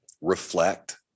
reflect